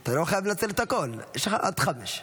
אתה לא חייב לנצל את הכול, יש לך עד חמש.